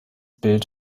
bild